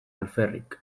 alferrik